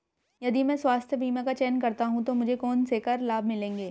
यदि मैं स्वास्थ्य बीमा का चयन करता हूँ तो मुझे कौन से कर लाभ मिलेंगे?